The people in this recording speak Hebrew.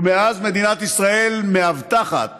ומאז מדינת ישראל מאבטחת